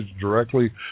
directly